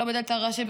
לא בדלת הראשית,